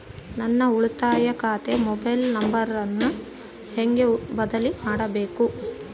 ನನ್ನ ಉಳಿತಾಯ ಖಾತೆ ಮೊಬೈಲ್ ನಂಬರನ್ನು ಹೆಂಗ ಬದಲಿ ಮಾಡಬೇಕು?